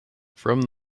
from